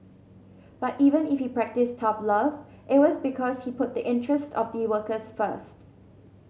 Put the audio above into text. but even if he practised tough love it was because he put the interest of the workers first